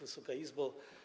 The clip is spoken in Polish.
Wysoka Izbo!